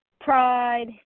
pride